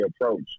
approach